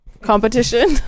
competition